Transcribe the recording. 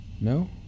No